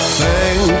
Thank